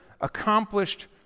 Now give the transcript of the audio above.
accomplished